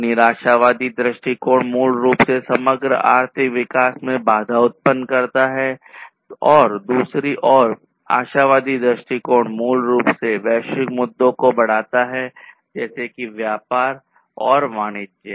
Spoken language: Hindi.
तो निराशावादी दृष्टिकोण मूल रूप से समग्र आर्थिक विकास में बाधा उत्पन्न करता है और दूसरी ओर आशावादी दृष्टिकोण मूल रूप से वैश्विक मुद्दों को बढ़ाता है जैसे कि व्यापार तथा वाणिज्य